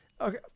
Okay